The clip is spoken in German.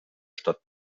stadt